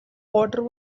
water